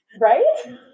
Right